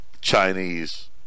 Chinese